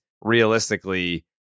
realistically